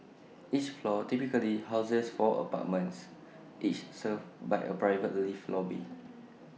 each floor typically houses four apartments each served by A private lift lobby